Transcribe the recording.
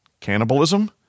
Cannibalism